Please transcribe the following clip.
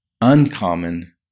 uncommon